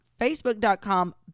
facebook.com